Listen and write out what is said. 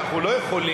שאנחנו לא יכולים,